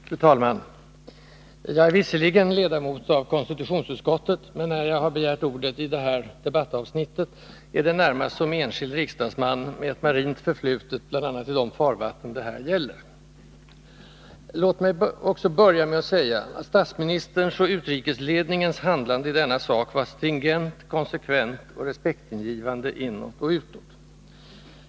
Fru talman! Jag är visserligen ledamot av konstitutionsutskottet, men när jag har begärt ordet i detta debattavsnitt är det närmast som enskild riksdagsman med ett marint förflutet, bl.a. i de farvatten det här gäller. Låt mig också börja med att säga att statsministerns och utrikesledningens handlande i denna sak var stringent, konsekvent och respektingivande, inåt och utåt.